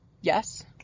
Yes